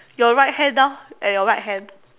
your right hand orh at your right hand